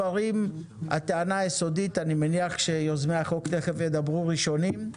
הטענה היסודית שאני מניח שיוזמי החוק יעלו כשידברו ראשונים,